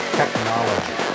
technology